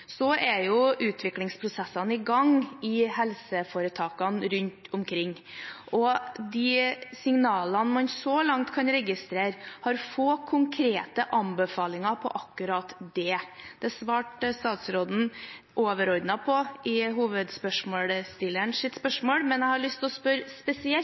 Utviklingsprosessene er i gang i helseforetakene rundt omkring. I de signalene man så langt kan registrere, er det få konkrete anbefalinger når det gjelder akkurat det. Det svarte statsråden overordnet på i svaret på hovedspørsmålet, men jeg har lyst til å spørre spesielt